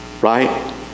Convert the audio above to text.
Right